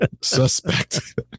Suspect